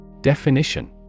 Definition